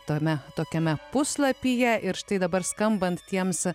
tame tokiame puslapyje ir štai dabar skambant tiems